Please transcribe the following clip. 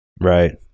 Right